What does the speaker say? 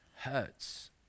hurts